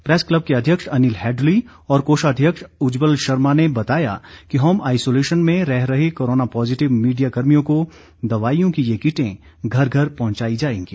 press club के अध्यक्ष अनिल हेडली और कोषाध्यक्ष उज्जवल शर्मा ने बताया कि होम आइसोलेशन में रह रहे कोरोना पॉज़िटिव मीडिया कर्मियों को दवाईयों की ये किटें घर घर पहुंचाई जाएंगी